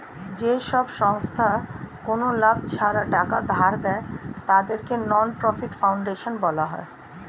যেসব সংস্থা কোনো লাভ ছাড়া টাকা ধার দেয়, তাদেরকে নন প্রফিট ফাউন্ডেশন বলা হয়